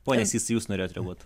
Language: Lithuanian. pone sysai jūs norėjot reaguot